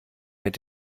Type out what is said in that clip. mit